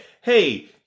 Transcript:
Hey